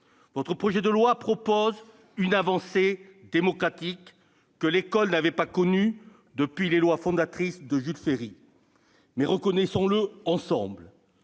votre projet de loi prévoit une avancée démocratique que l'école n'avait pas connue depuis les lois fondatrices de Jules Ferry. Mais, reconnaissons-le ensemble,